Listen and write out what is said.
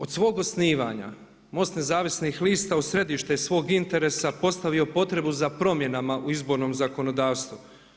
Od svog osnivanja MOST Nezavisnih lista u središte svog interesa postavio je potrebu za promjenama u izbornom zakonodavstvu.